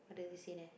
what does it say there